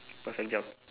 perfect job